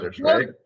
right